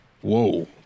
Whoa